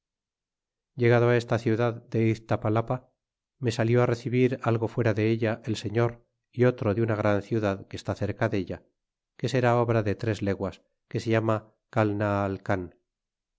llegado á esta ciudad de iztapalapa me salió á recibir algo hiera de ella el señor y otro de una gran ciudad que está cerca de ella que será obra de tres leguas que se llama calnaalcan